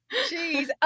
Jeez